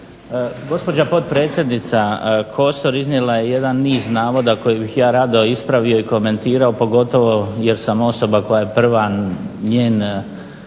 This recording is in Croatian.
Gospođa potpredsjednica Kosor iznijela je jedan niz navoda koje bih ja rado ispravio i komentirao, pogotovo jer sam osoba koja je prva njen krizni